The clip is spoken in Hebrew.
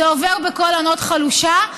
זה עובר בקול ענות חלושה.